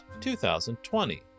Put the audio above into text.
2020